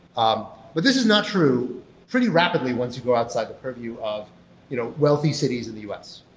um but this is not true pretty rapidly once you go outside the purview of you know wealthy cities in the u s.